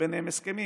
אין ביניהם הסכמים,